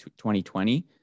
2020